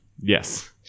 Yes